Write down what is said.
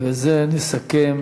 ובזה נסכם